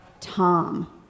Tom